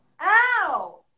ow